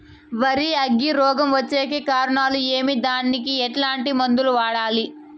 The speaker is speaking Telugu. వరి అగ్గి రోగం వచ్చేకి కారణాలు ఏమి దానికి ఎట్లాంటి మందులు వాడాలి?